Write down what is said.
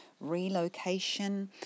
relocation